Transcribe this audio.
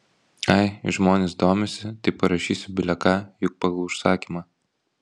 ai žmonės domisi tai parašysiu bile ką juk pagal užsakymą